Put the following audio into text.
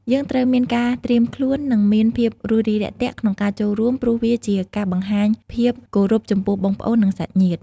យើងត្រូវមានការត្រៀមខ្លួន និងមានភាពរួសរាយរាក់ទាក់ក្នុងការចូលរួម ព្រោះវាជាការបង្ហាញភាពគោរពចំពោះបងប្អូន និងសាច់ញាតិ។